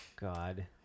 God